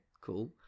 cool